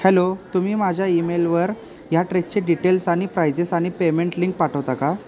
hello तुम्ही माझ्या ईमेलवर या ट्रेकचे डिटेल्स आणि प्राइजेस आणि पेमेंट लिंक पाठवता का